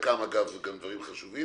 חלקם גם דברים חשובים,